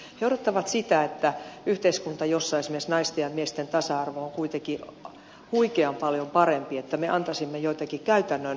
he odottavat sitä että yhteiskunta jossa esimerkiksi naisten ja miesten tasa arvo on kuitenkin huikean paljon parempi antaisi joitakin käytännön neuvoja